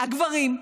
הגברים,